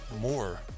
More